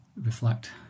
reflect